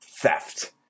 theft